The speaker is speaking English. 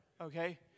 okay